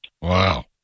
Wow